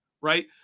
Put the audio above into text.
right